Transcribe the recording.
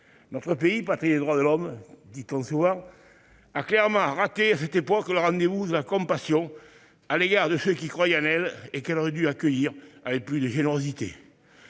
Notre pays- patrie des droits de l'homme, dit-on souvent -a clairement raté, à cette époque, le rendez-vous de la compassion à l'égard de ceux qui croyaient en elle et qu'elle aurait dû accueillir avec plus de générosité.